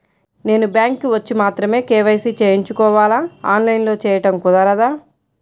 నేను బ్యాంక్ వచ్చి మాత్రమే కే.వై.సి చేయించుకోవాలా? ఆన్లైన్లో చేయటం కుదరదా?